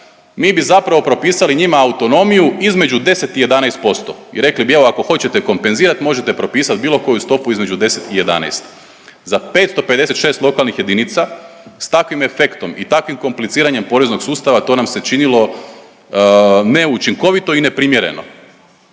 mi bi zapravo propisali njima autonomiju između 10 i 11% i rekli bi evo ako hoćete kompenzirat možete propisat bilo koju stopu između 10 i 11. Za 556 lokalnih jedinica s takvim efektom i takvim kompliciranjem poreznog sustava to nam se činilo neučinkovito i neprimjereno.